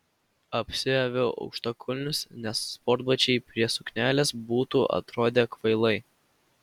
apsiaviau aukštakulnius nes sportbačiai prie suknelės būtų atrodę kvailai